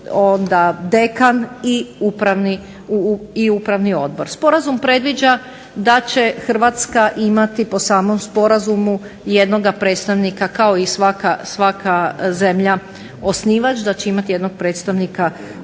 onda dekan i upravni odbor. Sporazum predviđa da će Hrvatska imati po samom sporazumu jednoga predstavnika kao i svaka zemlja osnivač, da će imati jednog predstavnika u